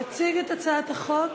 יציג את הצעת החוק